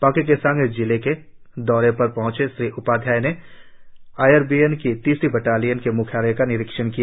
पाक्के केसांग जिले के दौरे पर पहंचे श्री उपाध्याय ने आई आर बी एन की तीसरी बटालियन के मुख्यालय का निरीक्षण किया